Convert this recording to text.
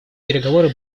переговоры